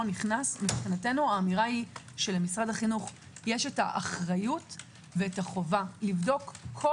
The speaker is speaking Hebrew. נכנס מבחינתנו האמירה היא שלמשרד החינוך יש האחריות והחובה לבדוק כל